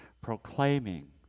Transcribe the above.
proclaiming